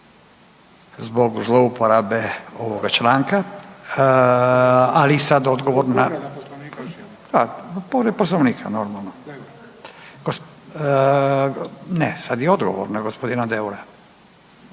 zbog zlouporabe ovoga članka, ali sada odgovor na,